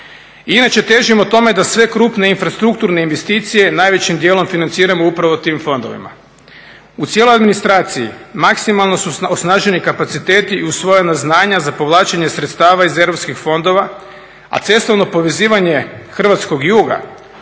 Inače, težimo tome da sve krupne infrastrukturne investicije najvećim dijelom financiramo upravo tim fondovima. U cijeloj administraciji maksimalno su osnaženi kapaciteti i usvojena znanja za povlačenje sredstava iz europskih fondova, a cestovno povezivanje hrvatskog juga